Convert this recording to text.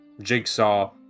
Jigsaw